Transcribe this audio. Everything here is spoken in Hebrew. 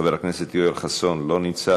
חבר הכנסת יואל חסון, לא נמצא.